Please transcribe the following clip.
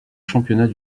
championnat